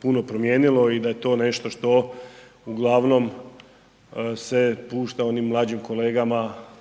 puno promijenilo i da je to nešto što se uglavnom pušta onim mlađim kolegama